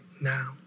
now